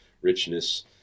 richness